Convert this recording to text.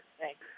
Thanks